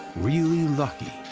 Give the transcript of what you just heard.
really lucky,